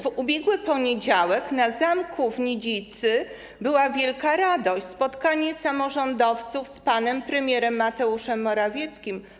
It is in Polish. W ubiegły poniedziałek na zamku w Nidzicy panowała wielka radość - spotkanie samorządowców z panem premierem Mateuszem Morawieckim.